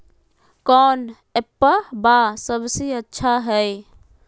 कौन एप्पबा सबसे अच्छा हय?